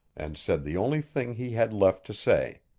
and said the only thing he had left to say